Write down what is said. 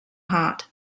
heart